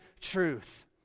truth